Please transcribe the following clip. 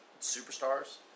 superstars